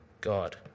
God